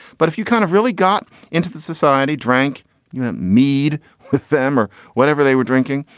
but if you kind of really got into the society, drank you know mead with them or whatever they were drinking,